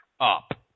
up